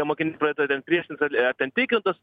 mokiniai pradeda ten priešintis ar ten tikrint tuos